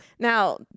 Now